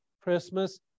Christmas